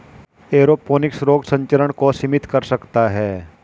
aeroponics रोग संचरण को सीमित कर सकता है